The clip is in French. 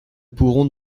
pourrons